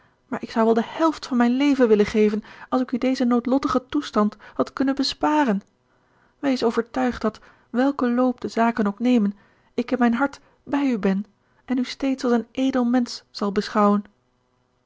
maar ik zou wel de helft van mijn leven willen geven als ik u dezen noodlottigen toestand had kunnen besparen wees overtuigd dat welken loop de zaken ook nemen ik in mijn hart bij u ben en u steeds als een edel mensch zal beschouwen